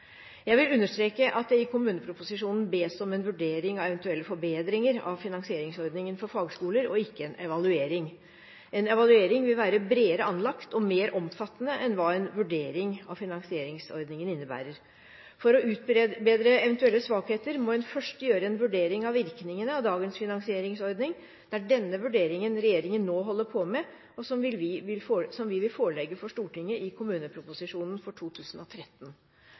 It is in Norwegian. Jeg vil understreke at det i kommuneproposisjonen bes om en vurdering av eventuelle forbedringer av finansieringsordningen for fagskoler, og ikke en evaluering. En evaluering vil være bredere anlagt og mer omfattende enn hva en vurdering av finansieringsordningen innebærer. For å utbedre eventuelle svakheter må en først gjøre en vurdering av virkningene av dagens finansieringsordning. Det er denne vurderingen regjeringen nå holder på med, og som vi vil forelegge for Stortinget i kommuneproposisjonen for 2013.